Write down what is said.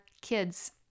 kids